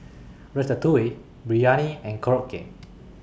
Ratatouille Biryani and Korokke